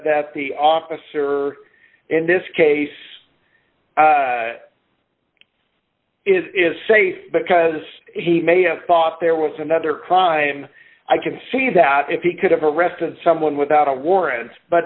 that the officer in this case is safe because he may have thought there was another crime i could see that if he could have arrested someone without a warrant but